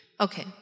Okay